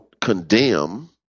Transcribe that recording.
condemn